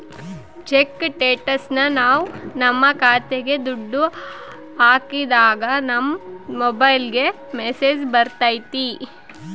check ಸ್ಟೇಟಸ್ನ ನಾವ್ ನಮ್ ಖಾತೆಗೆ ದುಡ್ಡು ಹಾಕಿದಾಗ ನಮ್ ಮೊಬೈಲ್ಗೆ ಮೆಸ್ಸೇಜ್ ಬರ್ತೈತಿ